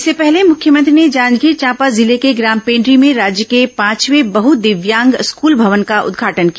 इससे पहले मुख्यमंत्री ने जांजगीर चांपा जिले के ग्राम पेण्ड्री में राज्य के पांचवे बहुदिव्यांग स्कूल भवन का उदघाटन किया